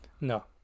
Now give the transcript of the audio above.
no